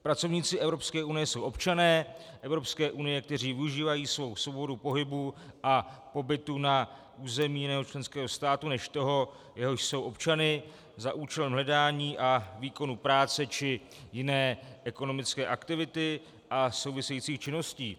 Pracovníci Evropské unie jsou občané Evropské unie, kteří využívají svou svobodu pohybu a pobytu na území jiného členského státu než toho, jehož jsou občany, za účelem hledání a výkonu práce či jiné ekonomické aktivity a souvisejících činností.